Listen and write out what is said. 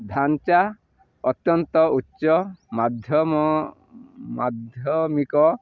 ଢାଞ୍ଚା ଅତ୍ୟନ୍ତ ଉଚ୍ଚ ମାଧ୍ୟମ ମାଧ୍ୟମିକ